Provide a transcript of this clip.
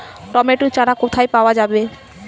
Tomato চারা কোথায় পাওয়া যাবে?